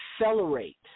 accelerate